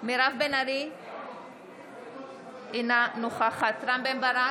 מירב בן ארי, אינה נוכחת רם בן ברק,